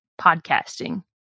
podcasting